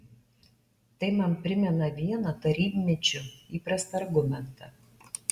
tai man primena vieną tarybmečiu įprastą argumentą